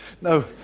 No